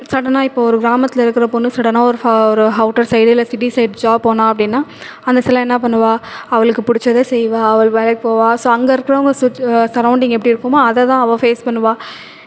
ஸடனா இப்போ ஒரு கிராமத்தில் இருக்கிறப்ப பொண்ணு ஸடனா ஒரு ஃபா ஒரு அவ்ட்டர் சைடு ஒரு சிட்டி சைடு ஜாப் போனால் அப்படினா அந்த சைட்ல என்ன பண்ணுவாள் அவளுக்கு பிடிச்சத செய்வாள் அவள் வேலைக்கு போவாள் ஸோ அங்கே இருக்கிறவங்க சு சரௌண்டிங் எப்லபடிருக்குமோ அதை தான் அவள் ஃபேஸ் பண்ணுவா